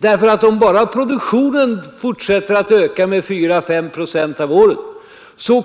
för om bara produktionen fortsätter att öka med 4—5 procent om året